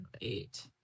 eight